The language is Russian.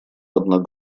одна